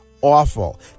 awful